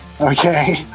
Okay